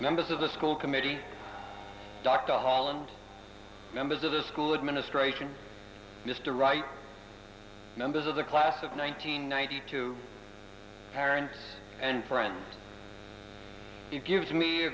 members of the school committee dr hall and members of the school administration mr wright members of the class of nineteen ninety two parents and friends it gives me a